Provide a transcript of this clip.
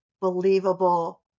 believable